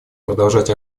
продолжать